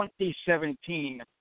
2017